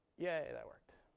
yay, that worked.